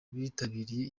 bitabiriye